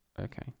Okay